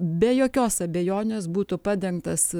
be jokios abejonės būtų padengtas